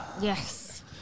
Yes